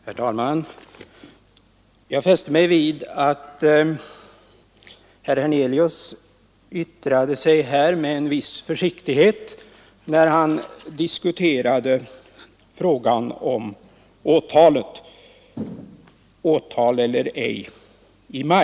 Fru talman! Jag fäste mig vid att herr Hernelius yttrade sig med en viss försiktighet när han diskuterade frågan, om det i maj borde ha väckts åtal eller ej.